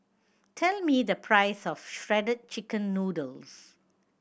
tell me the price of Shredded Chicken Noodles